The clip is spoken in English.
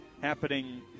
happening